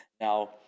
Now